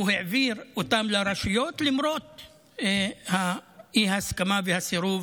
הוא העביר אותם לרשויות למרות האי-הסכמה והסירוב